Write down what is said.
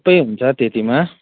सबै हुन्छ त्यतिमा